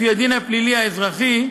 לפי הדין הפלילי האזרחי,